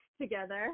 together